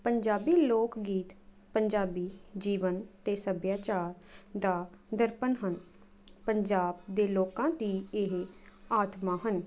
ਪੰਜਾਬੀ ਲੋਕ ਗੀਤ ਪੰਜਾਬੀ ਜੀਵਨ ਅਤੇ ਸੱਭਿਆਚਾਰ ਦਾ ਦਰਪਣ ਹਨ ਪੰਜਾਬ ਦੇ ਲੋਕਾਂ ਦੀ ਇਹ ਆਤਮਾ ਹਨ